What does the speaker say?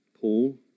Paul